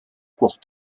court